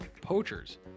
poachers